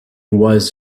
was